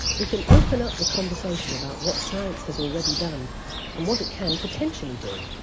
we can open up the conversation about what science has already done and what it can potentially do.